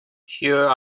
here